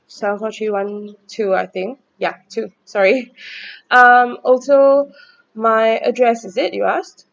seven four three one two I think ya two sorry um also my address is it you asked